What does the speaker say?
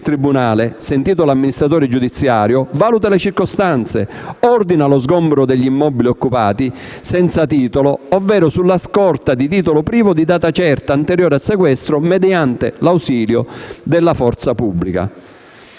tribunale), sentito l'amministratore giudiziario, valutate le circostanze, ordina lo sgombero degli immobili occupati senza titolo, ovvero sulla scorta di titolo privo di data certa anteriore al sequestro mediante l'ausilio della forza pubblica.